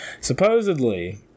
supposedly